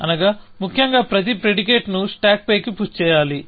అనగా ముఖ్యంగా ప్రతి ప్రిడికేట్ను స్టాక్ పైకి పుష్ చేయాలి